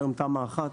כיום תמ"א 1,